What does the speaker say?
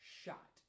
shot